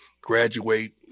graduate